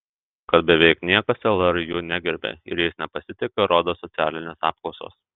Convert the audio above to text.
kad beveik niekas lr jų negerbia ir jais nepasitiki rodo socialinės apklausos